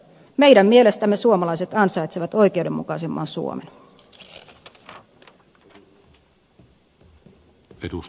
meidän mielestämme suomalaiset ansaitsevat oikeudenmukaisemman suomen